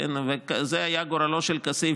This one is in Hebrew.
וזה היה גורלה של כסיף